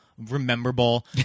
Rememberable